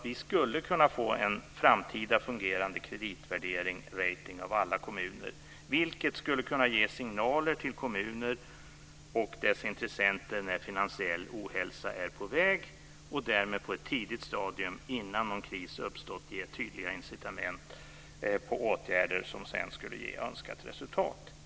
Vi skulle kunna få en framtida fungerande kreditvärdering, rating, av alla kommuner, vilket skulle kunna ge signaler till kommuner och deras intressenter när finansiell ohälsa är på väg och därmed på ett tidigt stadium, innan någon kris har uppstått, ge tydliga incitament för åtgärder som sedan skulle ge önskat resultat.